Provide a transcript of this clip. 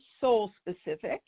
soul-specific